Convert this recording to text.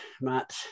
Matt